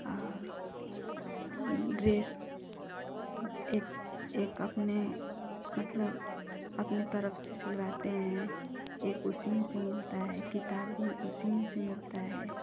और ड्रेस एक एक अपने मतलब अपने तरफ से सिलवाते हैं एक उसी में से मिलता है किताब भी उसी में से मिलता है